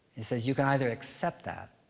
he says, you can either accept that